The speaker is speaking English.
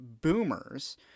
boomers